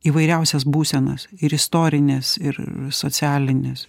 įvairiausias būsenas ir istorines ir socialines